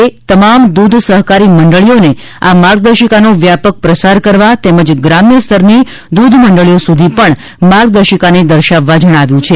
એ તમામ દૂધ સહકારી મંડળીઓને આ માર્ગદર્શિકાનો વ્યાપક પ્રસાર કરવા તેમજ ગ્રામ્ય સ્તરની દૂધ મંડળીઓ સુધી પણ માર્ગદર્શિકાને દર્શાવવા જણાવ્યું છે